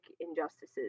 injustices